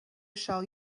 shall